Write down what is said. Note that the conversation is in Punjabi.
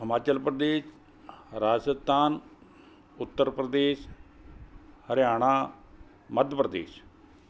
ਹਿਮਾਚਲ ਪ੍ਰਦੇਸ਼ ਰਾਜਸਥਾਨ ਉੱਤਰ ਪ੍ਰਦੇਸ਼ ਹਰਿਆਣਾ ਮੱਧ ਪ੍ਰਦੇਸ਼